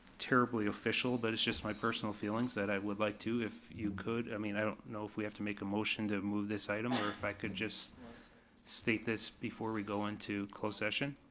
terribly official, but it's just my personal feelings that i would like to, if you could. i mean i don't know if we have to make a motion to move this item or if i could just state this before we go into closed session.